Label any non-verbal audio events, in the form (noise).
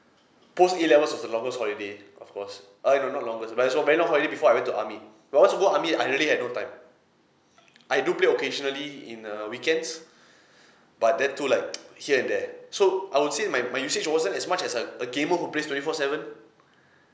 post A levels are the longest holiday of course uh not longest but it was a very long holiday before I went to army but once you go army I really had no time I do play occasionally in uh weekends (breath) but that too like (noise) here and there so I would say my my usage wasn't as much as a a gamer who plays twenty-four seven